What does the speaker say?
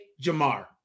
Jamar